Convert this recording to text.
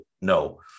No